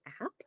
app